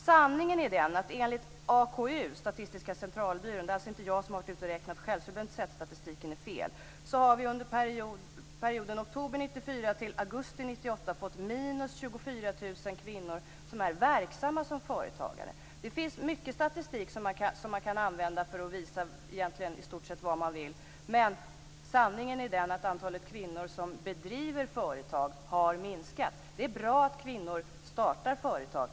Sanningen enligt Statistiska centralbyråns arbetskraftsundersökning - det är alltså inte jag som har varit ute och räknat själv, så det behöver inte sägas att statistiken är fel - är att under perioden oktober 1994-augusti 1998 har antalet kvinnor som är verksamma som företagare minskat med 24 000. Det finns mycket statistik som man egentligen kan använda för att visa i stort sett vad man vill, men sanningen är att antalet kvinnor som bedriver företag har minskat. Det är bra att kvinnor startar företag.